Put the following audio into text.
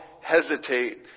hesitate